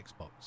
Xbox